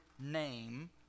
name